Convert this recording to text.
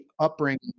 upbringing